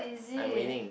I'm winning